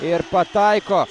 ir pataiko